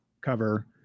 cover